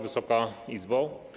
Wysoka Izbo!